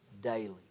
daily